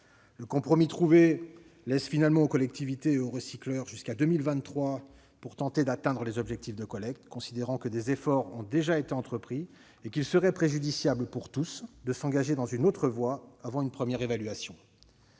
Le compromis trouvé laisse finalement aux collectivités territoriales et aux recycleurs jusqu'à 2023 pour tenter d'atteindre les objectifs de collecte, la CMP considérant que des efforts ont déjà été entrepris et qu'il serait préjudiciable pour tous de s'engager dans une autre voie avant une première évaluation.